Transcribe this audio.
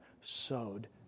sowed